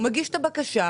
הוא מגיש בקשה.